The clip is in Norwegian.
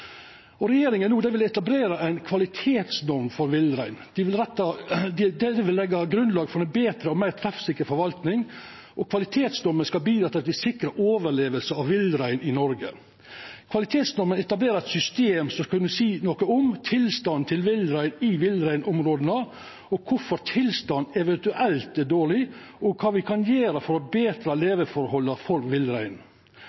og det er eit godt eksempel. Regjeringa vil no etablera ein kvalitetsnorm for villrein. Det vil leggja grunnlag for ei betre og meir treffsikker forvalting, og kvalitetsnorma skal bidra til at me sikrar overleving av villrein i Noreg. Kvalitetsnorma etablerer eit system som skal kunna seia noko om tilstanden til villrein i villreinområda, kvifor tilstanden eventuelt er dårleg, og kva me kan gjera for å betra